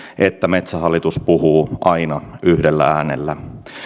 että metsähallitus puhuu aina yhdellä äänellä